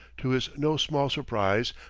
to his no small surprise,